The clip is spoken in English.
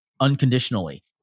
unconditionally